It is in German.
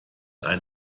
ein